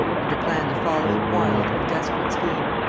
and to plan the following wild and desperate scheme.